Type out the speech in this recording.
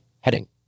heading